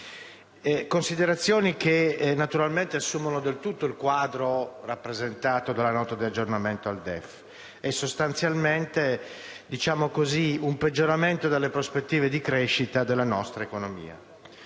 considerazioni assumono del tutto il quadro rappresentato dalla Nota di aggiornamento al DEF e quindi, sostanzialmente, un peggioramento delle prospettive di crescita della nostra economia.